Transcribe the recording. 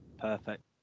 Perfect